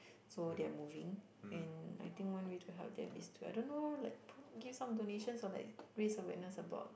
so they're moving and I think one way to help them is to I don't know like give some donations or like raise awareness about